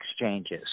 exchanges